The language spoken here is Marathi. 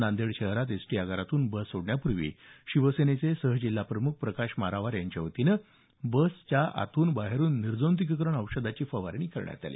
नांदेड शहरात एस टी आगारातून बस सोडण्यापूर्वी शिवसेनेचे सह जिल्हाप्रम्ख प्रकाश मारावार यांच्यावतीनं बसच्या आतून बाहेरून निर्जंतुकीकरण औषधीची फवारणी करण्यात आली